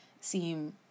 seem